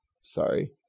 Sorry